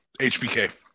Hbk